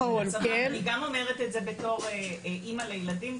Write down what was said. אני גם אומרת את זה בתור אמא לילדים,